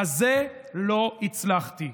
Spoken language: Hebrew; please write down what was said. בזה לא הצלחתי.